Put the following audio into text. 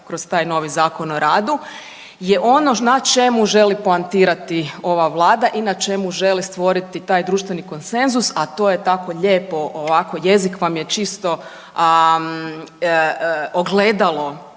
kroz taj novi Zakon o radu je ono na čemu želi poantirati ova vlada i na čemu želi stvoriti taj društveni konsenzus, a to je tako lijepo ovako jezik vam je čisto ogledalo